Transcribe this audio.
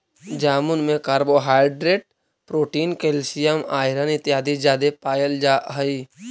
जामुन में carbohydrate protein calcium iron इत्यादि जादे पायल जा हई